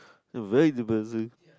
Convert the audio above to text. very depressing